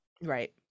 Right